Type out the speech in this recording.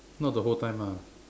not the whole time ah